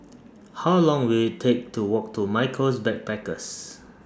How Long Will IT Take to Walk to Michaels Backpackers